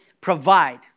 provide